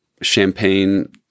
champagne